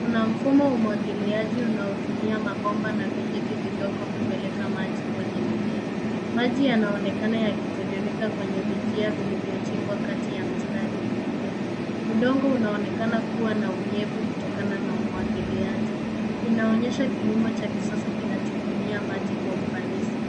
Kuna mfumo wa umwagiliaji unaotumia mabomba na vijiti vidogo kupeleka maji kwenye mimea, Maji yanaonekana yakitiririka kwenye vijia vilivyochimbwa kati ya mistari ya mimea. Udongo unaonekana kuwa na unyevu kutokana na umwagiliaji. Inaonyesha kilimo cha kisasa kinachotumia maji kwa ufanisi.